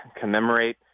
commemorate